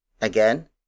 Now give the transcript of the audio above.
Again